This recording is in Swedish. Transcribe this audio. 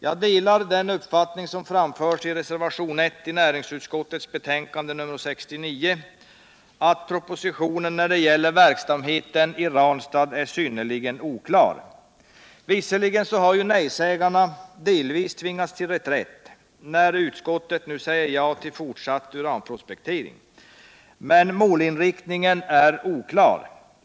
Jag delar den uppfattning som framförs i reservationen till näringsutskottets betänkande 69 att propositionen när det gäller verksamheten i Ranstad är synnerligen oklar. Visserligen har nej-sägarna delvis tvingats till reträtt när utskottet nu säger ja till fortsatt uranprospektering. men målinriktningen är oklar.